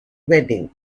wedding